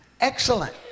Excellent